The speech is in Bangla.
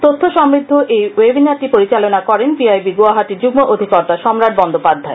তথ্য সমৃদ্ধ এই ওয়েবিনারটি পরিচালনা করেন পি আই বি গুয়াহাটির সুগ্ম অধিকর্তা সম্রাট বন্দোপাধ্যায়